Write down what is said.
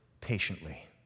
patiently